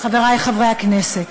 חברי חברי הכנסת,